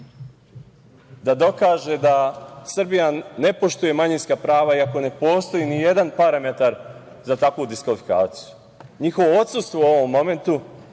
da dokaže da Srbija ne poštuje manjinska prava, iako ne postoji nijedan parametar za takvu diskvalifikaciju. Njihovo odsustvo u ovom momentu